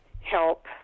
help